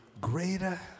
greater